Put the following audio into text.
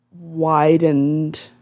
widened